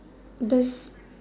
there's